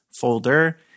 folder